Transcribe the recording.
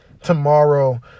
tomorrow